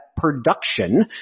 production